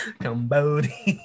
Cambodia